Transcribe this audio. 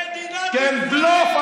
מדינת ישראל, כן, בלוף.